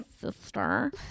sister